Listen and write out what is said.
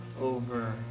over